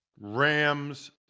Rams